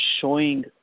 showing